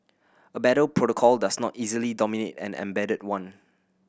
a better protocol does not easily dominate an embedded one